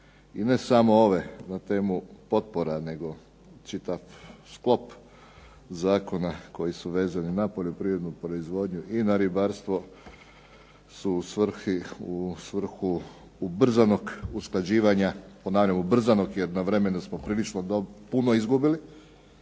i ne samo ove na temu potpora nego čitav sklop zakona koji su vezani na poljoprivrednu proizvodnju i na ribarstvo su u svrhu ubrzanog usklađivanja, ubrzanog jer na vremenu smo prilično puno izgubili,